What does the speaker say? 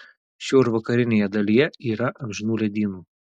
šiaurvakarinėje dalyje yra amžinų ledynų